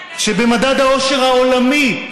שבמדד האושר העולמי,